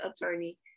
attorney